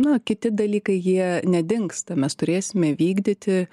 na kiti dalykai jie nedingsta mes turėsime vykdyti